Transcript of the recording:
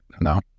No